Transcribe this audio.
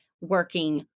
working